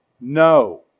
no